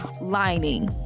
lining